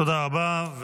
תודה רבה.